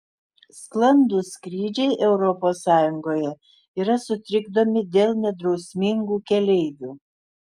sklandūs skrydžiai europos sąjungoje yra sutrikdomi dėl nedrausmingų keleivių